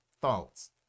thoughts